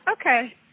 Okay